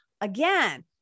again